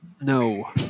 No